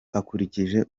akurikije